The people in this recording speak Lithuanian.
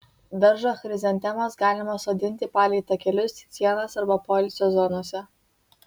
daržo chrizantemas galima sodinti palei takelius sienas arba poilsio zonose